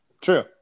True